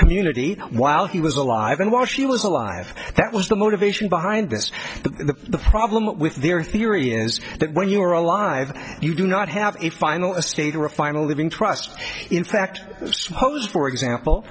community while he was alive and while she was alive that was the motivation behind this the problem with their theory is that when you are alive you do not have a final a state or a final living trust in fact posed for example